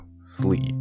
sleep